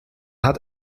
hat